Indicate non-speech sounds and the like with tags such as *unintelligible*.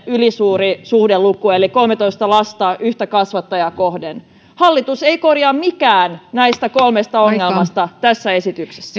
ylisuuri suhdeluku eli kolmetoista lasta yhtä kasvattajaa kohden hallitus ei korjaa mitään näistä kolmesta ongelmasta tässä esityksessä *unintelligible*